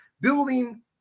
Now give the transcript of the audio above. building